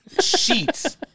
Sheets